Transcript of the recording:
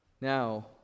Now